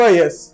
yes